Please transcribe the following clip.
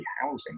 housing